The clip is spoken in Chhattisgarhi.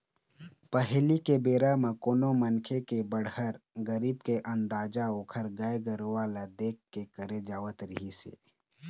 पहिली के बेरा म कोनो मनखे के बड़हर, गरीब के अंदाजा ओखर गाय गरूवा ल देख के करे जावत रिहिस हे